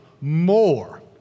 more